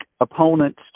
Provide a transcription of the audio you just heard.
opponents